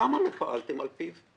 למה לא פעלתם על פיו?